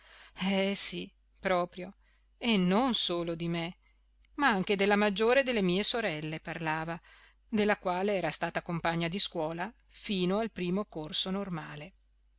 eh sì proprio e non solo di me ma anche della maggiore delle mie sorelle parlava della quale era stata compagna di scuola fino al primo corso normale